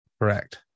Correct